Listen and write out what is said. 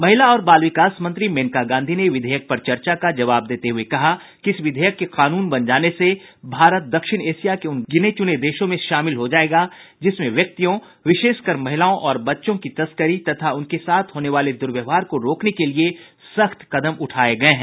महिला और बाल विकास मंत्री मेनका गांधी ने विधेयक पर चर्चा का उत्तर देते हुए कहा कि इस विधेयक के कानून बन जाने से भारत दक्षिण एशिया के उन गिने चुने देशों में शामिल हो जायेगा जिसमें व्यक्तियों विशेष कर महिलाओं और बच्चों की तस्करी तथा उनके साथ होने वाले दुर्व्यवहार को रोकने के लिये सख्त कदम उठाये गये हैं